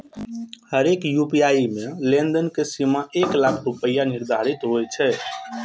हरेक यू.पी.आई मे लेनदेन के सीमा एक लाख रुपैया निर्धारित होइ छै